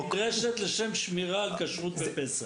--- נדרשת לשם שמירה על כשרות בפסח.